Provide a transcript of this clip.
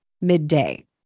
midday